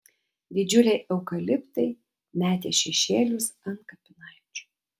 didžiuliai eukaliptai metė šešėlius ant kapinaičių